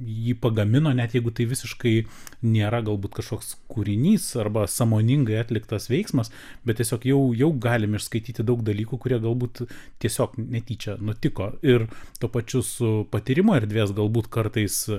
jį pagamino net jeigu tai visiškai nėra galbūt kažkoks kūrinys arba sąmoningai atliktas veiksmas bet tiesiog jau jau galim išskaityti daug dalykų kurie galbūt tiesiog netyčia nutiko ir tuo pačiu su patyrimo erdvės galbūt kartais